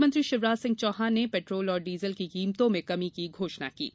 मुख्यमंत्री शिवराज सिंह चौहान ने पेट्रोल और डीजल की कीमतों में कमी की घोषणा की है